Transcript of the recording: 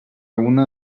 una